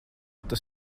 tas